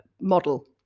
model